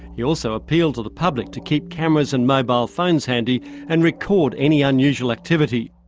he also appealed to the public to keep cameras and mobile phones handy and record any unusual activity.